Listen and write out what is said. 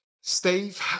Steve